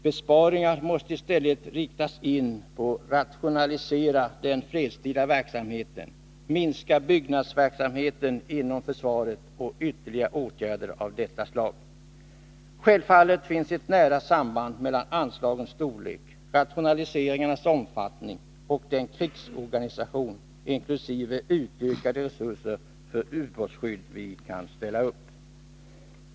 Besparingar måste i stället inriktas på att rationalisera den fredstida verksamheten — minska byggnadsverksamheten inom försvaret och att vidta ytterligare åtgärder av detta slag. Självfallet finns det ett nära samband mellan anslagens storlek, rationaliseringarnas omfattning och den krigsorganisation — inkl. utökade resurser för ubåtsskydd — vi kan ställa upp.